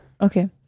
Okay